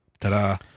ta-da